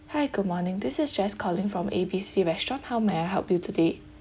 hi good morning this is jess calling from A B C restaurant how may I help you today